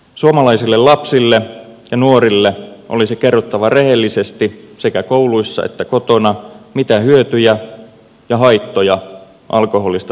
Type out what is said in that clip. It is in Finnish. suomalaisille lapsille ja nuorille olisi kerrottava rehellisesti sekä kouluissa että kotona mitä hyötyjä ja haittoja alkoholista todellisuudessa on